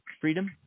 freedom